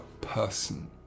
person